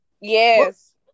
Yes